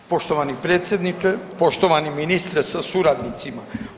Poštovani predsjedniče, poštovani ministre sa suradnicima.